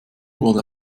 wurde